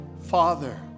Father